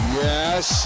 yes